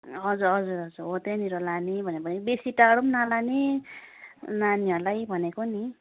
हजुर हजुर हजुर हो त्यहीँनिर लाने भनेको बेसी टाढो पनि नलाने नानीहरूलाई भनेको नि